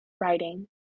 writing